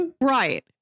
Right